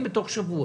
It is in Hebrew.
בתוך שבוע.